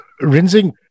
rinsing